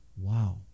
Wow